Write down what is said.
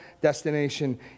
destination